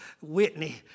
Whitney